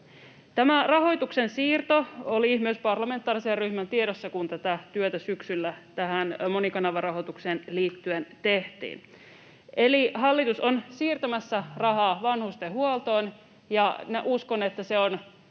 Tämä rahoituksen siirto oli myös parlamentaarisen ryhmän tiedossa, kun tätä työtä syksyllä tähän monikanavarahoitukseen liittyen tehtiin. Eli hallitus on siirtämässä rahaa vanhustenhuoltoon, ja uskon, että se on